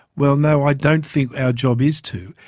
well no, i don't think our job is to.